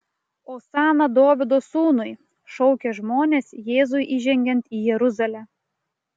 osana dovydo sūnui šaukė žmonės jėzui įžengiant į jeruzalę